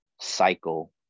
cycle